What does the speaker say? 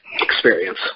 experience